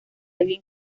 alguien